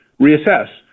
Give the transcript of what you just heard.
reassess